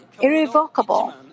irrevocable